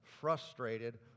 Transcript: frustrated